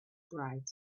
bright